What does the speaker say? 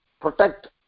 protect